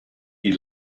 die